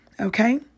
Okay